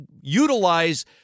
utilize